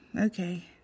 Okay